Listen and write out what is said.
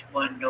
one